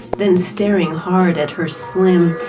then staring hard at her slim,